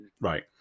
right